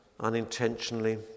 unintentionally